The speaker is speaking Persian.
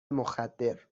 مخدر